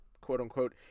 quote-unquote